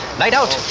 light out.